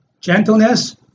gentleness